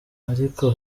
ariko